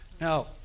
Now